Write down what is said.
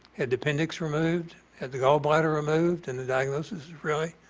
had appendix removed, had the gallbladder removed and the diagnosis really,